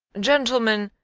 gentlemen,